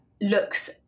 looks